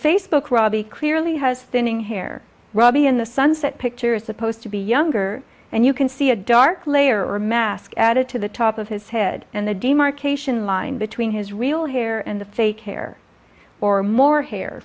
facebook robbie clearly has standing here robbie in the sunset picture is supposed to be younger and you can see a dark layer or mask added to the top of his head and the demarcation line between his real hair and the fake hair or more hair